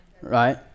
right